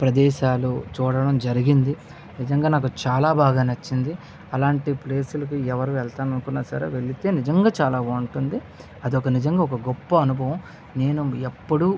ప్రదేశాలు చూడడం జరిగింది నిజంగా నాకు చాల బాగా నచ్చింది అలాంటి ప్లేసులకు ఎవరు వెళ్తాననుకున్న సరే వెళ్ళితే నిజంగా చాలా బాగుంటుంది అది ఒక నిజంగా ఒక గొప్ప అనుభవం నేను ఎప్పుడూ